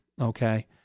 okay